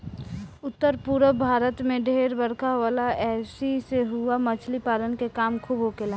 उत्तर पूरब भारत में ढेर बरखा होला ऐसी से उहा मछली पालन के काम खूब होखेला